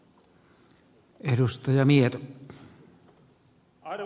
arvoisa puhemies